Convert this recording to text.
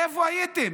איפה הייתם?